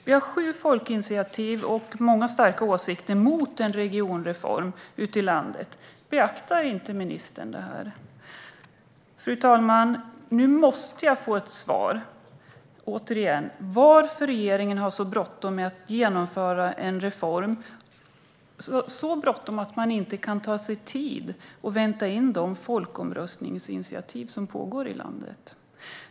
Vi har sju folkinitiativ och många starka åsikter mot en regionreform ute i landet. Beaktar inte ministern detta? Fru talman! Nu måste jag få ett svar. Återigen: Varför har regeringen så bråttom med att genomföra en reform att man inte kan ta sig tid att vänta in de folkomröstningsinitiativ som pågår i landet?